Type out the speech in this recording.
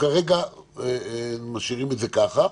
כרגע אנחנו משאירים את זה ככה,